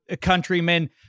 countrymen